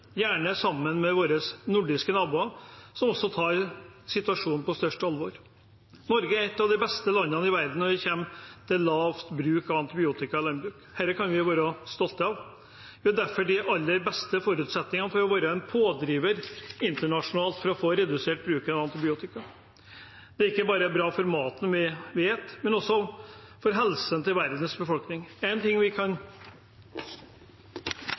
gjerne sammen med våre nordiske naboer, som også tar situasjonen på største alvor. Norge er et av de beste landene i verden når det kommer til lav bruk av antibiotika i landbruket. Dette kan vi være stolte av. Vi har derfor de aller beste forutsetningene for å være en pådriver internasjonalt for å få redusert bruken av antibiotika. Det er ikke bare bra for maten vi spiser, men også for helsen til verdens befolkning. Noe vi kan